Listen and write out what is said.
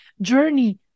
journey